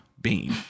beam